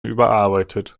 überarbeitet